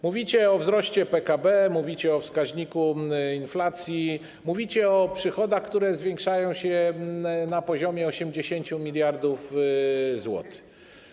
Mówicie o wzroście PKB, mówicie o wskaźniku inflacji, mówicie o przychodach, które zwiększają się na poziomie 80 mld zł.